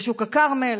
בשוק הכרמל,